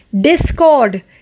discord